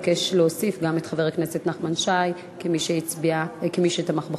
אבקש להוסיף גם את חבר הכנסת נחמן שי כמי שתמך בחוק.